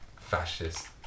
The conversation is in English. fascist